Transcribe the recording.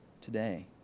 today